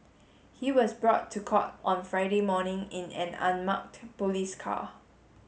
he was brought to court on Friday morning in an unmarked police car